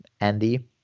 Andy